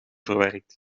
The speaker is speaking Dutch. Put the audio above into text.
verwerkt